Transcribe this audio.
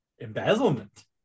embezzlement